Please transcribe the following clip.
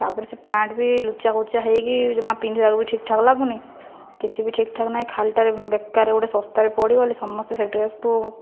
ତା'ପରେ ସେ ପ୍ୟାଣ୍ଟ୍ ବି ଲୋଚାକୋଚା ହୋଇକି ଜମା ପିନ୍ଧିବାକୁ ବି ଠିକ୍ଠାକ୍ ଲାଗୁନାହିଁ କିଛି ବି ଠିକ୍ଠାକ୍ ନାହିଁ ଖାଲିଟାରେ ବେକାର ଗୋଟିଏ ଶସ୍ତାରେ ପଡ଼ିଗଲି ସମସ୍ତେ ସେ ଡ୍ରେସ୍କୁ